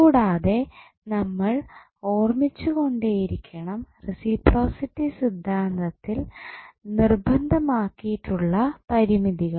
കൂടാതെ നമ്മൾ ഓർമിച്ചു കൊണ്ടേയിരിക്കണം റസിപ്രോസിറ്റി സിദ്ധാന്തത്തിൽ നിർബന്ധമാക്കിയിട്ടുള്ള പരിമിതികൾ